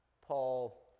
Paul